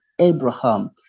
Abraham